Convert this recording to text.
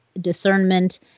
discernment